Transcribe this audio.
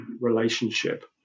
relationship